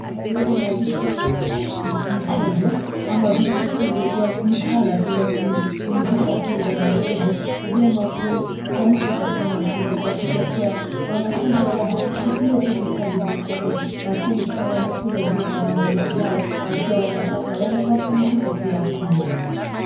Kwa hivyo na vitu kama michezo ama vitu tu vya mtaala tu vya kumpumzisha akili za wanafunzi ni vyema kufanyika katika mashule kuhakikisha kuwa wanafunzi hawajashikilia tu vitabu pekee yake lakini pia wanakuza zile talanta zao na pia wanapata yale mapumziko tuya akili.